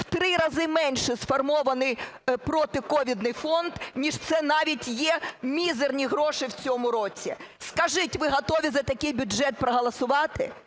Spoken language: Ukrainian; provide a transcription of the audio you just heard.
в 3 рази менше сформований протиковідний фонд, ніж це навіть є мізерні гроші в цьому році. Скажіть, ви готові за такий бюджет проголосувати?